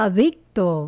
Adicto